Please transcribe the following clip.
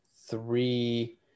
three